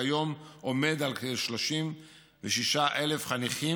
וכיום הוא כ-36,000 חניכים.